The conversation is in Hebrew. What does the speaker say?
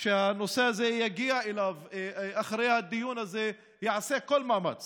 שכשהנושא הזה יגיע אליו אחרי הדיון הזה יעשה כל מאמץ